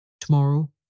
Tomorrow